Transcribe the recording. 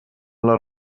les